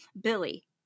billy